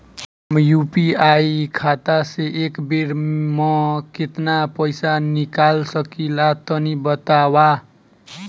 हम यू.पी.आई खाता से एक बेर म केतना पइसा निकाल सकिला तनि बतावा?